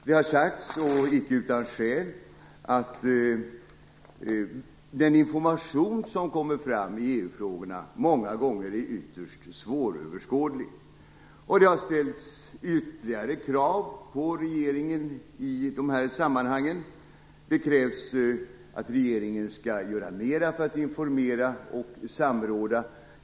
Det har sagts, inte utan skäl, att den information som kommer fram i EU-frågorna många gånger är ytterst svåröverskådlig. Det har också ställts ytterligare krav på regeringen i de här sammanhangen. Det krävs att regeringen skall göra mera för att informera och samråda.